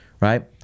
right